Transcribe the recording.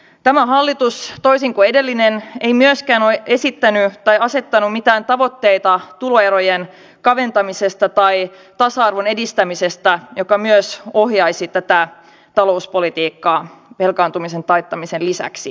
tämä hallitus toisin kuin edellinen ei myöskään ole esittänyt tai asettanut mitään tavoitteita tuloerojen kaventamisesta tai tasa arvon edistämisestä jotka myös ohjaisivat tätä talouspolitiikkaa velkaantumisen taittamisen lisäksi